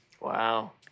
Wow